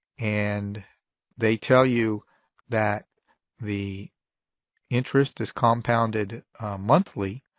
and they tell you that the interest is compounded monthly,